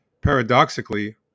Paradoxically